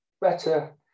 better